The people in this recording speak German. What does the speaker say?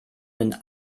wenn